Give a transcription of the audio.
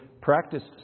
practiced